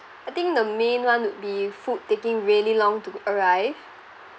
I think the main one would be food taking really long to arrive